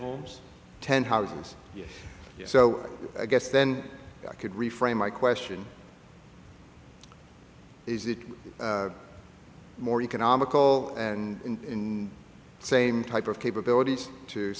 homes ten houses so i guess then i could reframe my question is it more economical and in the same type of capabilities to